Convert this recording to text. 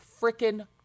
freaking